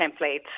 templates